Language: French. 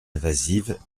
invasive